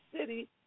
city